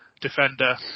defender